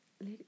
Let